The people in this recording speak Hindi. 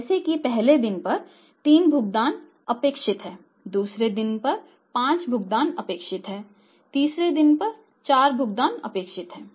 जैसे कि पहले दिन पर तीन भुगतान अपेक्षित हैं दूसरे दिन 5 भुगतान अपेक्षित हैं तीसरे दिन पर 4 भुगतान अपेक्षित हैं